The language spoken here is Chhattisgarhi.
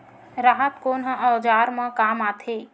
राहत कोन ह औजार मा काम आथे?